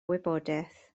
wybodaeth